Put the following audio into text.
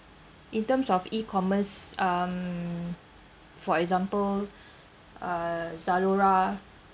in terms of E_commerce um for example uh Zalora